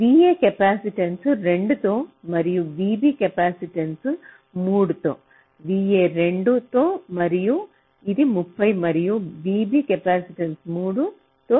VA capacitance 2 తో మరియు VB capacitance 3 తో VA 2 తో ఇది 30 మరియు VB కెపాసిటెన్స్ 3 తో 33 ఉంది